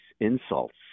insults